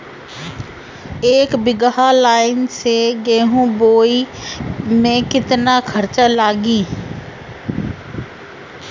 एक बीगहा लाईन से गेहूं बोआई में केतना खर्चा लागी?